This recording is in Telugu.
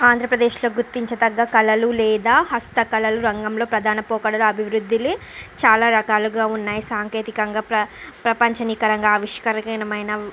ఆంధ్రప్రదేశ్లో గుర్తించదగ్గ కలలు లేదా హస్తకళలు రంగంలో ప్రధాన పోకడలు అభివృద్ధిలో చాలా రకాలుగా ఉన్నాయి సాంకేతికంగా ప్ర ప్రపంచ నికరంగా ఆవిష్కరమైన